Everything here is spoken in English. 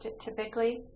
typically